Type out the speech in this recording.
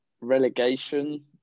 relegation